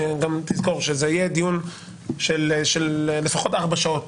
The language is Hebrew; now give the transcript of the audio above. שזה יהיה דיון של לפחות ארבע שעות.